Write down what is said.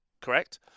correct